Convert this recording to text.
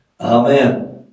amen